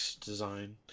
design